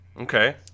Okay